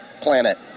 planet